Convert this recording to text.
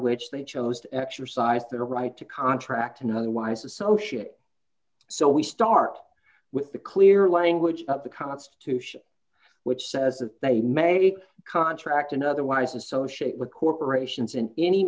which they chose to exercise their right to contract and otherwise associate so we start with the clear language of the constitution which says that they made a contract and otherwise associate with corporations in any